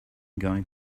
going